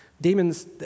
Demons